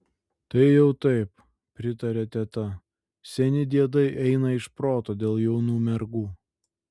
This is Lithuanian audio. tai jau taip pritarė teta seni diedai eina iš proto dėl jaunų mergų